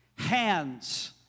Hands